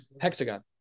Hexagon